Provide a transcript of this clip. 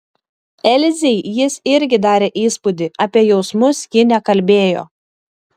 elzei jis irgi darė įspūdį apie jausmus ji nekalbėjo